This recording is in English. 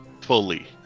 fully